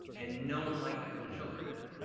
and no one liked that there were children in it.